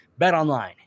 BetOnline